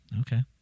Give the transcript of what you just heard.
Okay